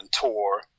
tour